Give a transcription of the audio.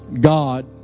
God